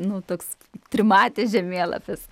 nu toks trimatis žemėlapis